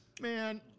Man